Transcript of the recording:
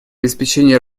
обеспечение